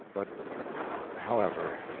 but however,